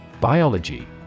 Biology